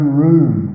room